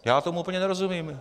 Já tomu úplně nerozumím.